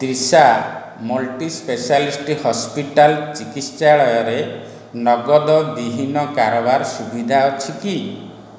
Trisha multispeciality hospital ଚିକିତ୍ସାଳୟରେ ନଗଦ ବିହୀନ କାରବାର ସୁବିଧା ଅଛି କି